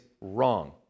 wrong